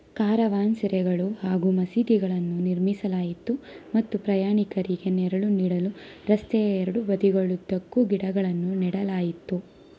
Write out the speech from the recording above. caravan ಸೆರೆಗಳು ಹಾಗೂ ಮಸೀದಿಗಳನ್ನು ನಿರ್ಮಿಸಲಾಯಿತು ಮತ್ತು ಪ್ರಯಾಣಿಕರಿಗೆ ನೆರಳು ನೀಡಲು ರಸ್ತೆಯ ಎರಡೂ ಬದಿಗಳುದ್ದಕ್ಕೂ ಗಿಡಗಳನ್ನು ನೆಡಲಾಯಿತು